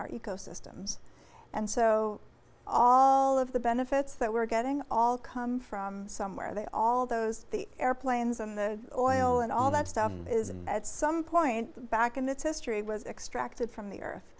our ecosystems and so all of the benefits that we're getting all come from somewhere they all those airplanes and the oil and all that stuff is and at some point back in its history it was extracted from the earth